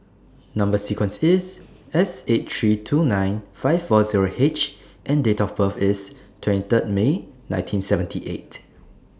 Number sequence IS S eight three two nine five four Zero H and Date of birth IS twenty Third May nineteen seventy eight